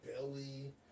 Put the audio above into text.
Belly